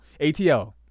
atl